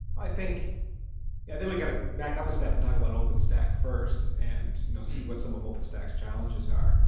i think yeah think we got to back up a step and talk about openstack first and you know see what some of openstack's challenges are.